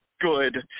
good